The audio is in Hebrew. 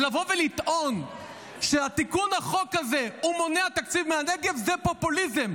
אז לבוא ולטעון שתיקון החוק הזה מונע תקציב מהנגב זה פופוליזם.